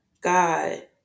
God